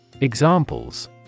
Examples